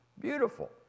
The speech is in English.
Beautiful